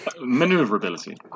Maneuverability